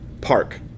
park